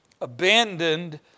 abandoned